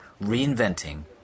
reinventing